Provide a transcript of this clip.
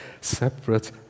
separate